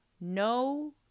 No